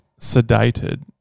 sedated